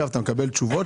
אגב אתה מקבל תשובות,